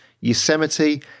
Yosemite